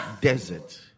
desert